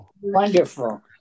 Wonderful